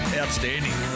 outstanding